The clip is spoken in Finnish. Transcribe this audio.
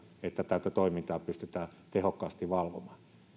että tätä toimintaa pystytään tehokkaasti valvomaan